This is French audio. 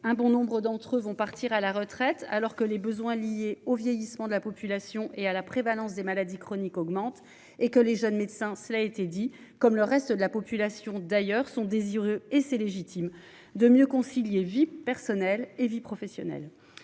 hein bon nombre d'entre eux vont partir à la retraite alors que les besoins liés au vieillissement de la population et à la prévalence des maladies chroniques augmentent et que les jeunes médecins. Cela a été dit, comme le reste de la population d'ailleurs son. Et c'est légitime de mieux concilier vie personnelle et vie professionnelle.